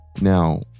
Now